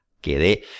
quedé